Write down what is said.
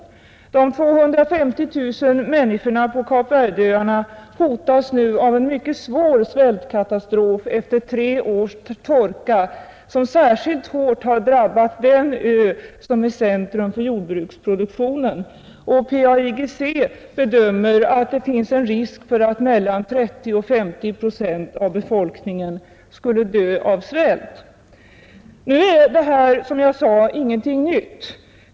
De 250 000 människorna på Kap Verdeöarna hotas nu av en mycket svår svältkatastrof efter tre års torka som särskilt hårt drabbat den ö som är centrum för jordbruksproduktionen. PAIGC bedömer att det finns risk för att mellan 30 och 50 procent av befolkningen skulle dö av svält. Detta är som jag sade ingenting nytt.